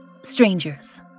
Strangers